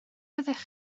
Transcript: fyddech